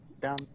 down